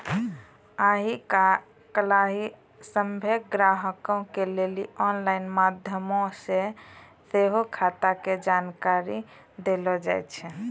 आइ काल्हि सभ्भे ग्राहको के लेली आनलाइन माध्यमो से सेहो खाता के जानकारी देलो जाय छै